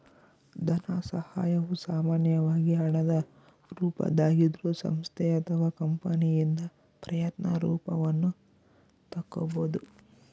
ಧನಸಹಾಯವು ಸಾಮಾನ್ಯವಾಗಿ ಹಣದ ರೂಪದಾಗಿದ್ರೂ ಸಂಸ್ಥೆ ಅಥವಾ ಕಂಪನಿಯಿಂದ ಪ್ರಯತ್ನ ರೂಪವನ್ನು ತಕ್ಕೊಬೋದು